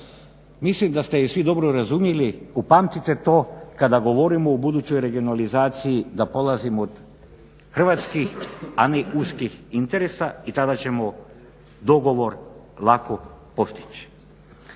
Mislim da ste je svi dobro razumjeli, upamtite to kada govorimo o budućoj regionalizaciji da polazimo od hrvatskih, a ne uskih interesa i tada ćemo dogovor lako postići.